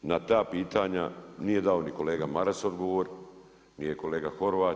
Na ta pitanja, nije dao ni kolega Maras odgovor nije ni kolega Horvat.